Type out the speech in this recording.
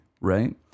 right